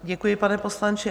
Děkuji, pane poslanče.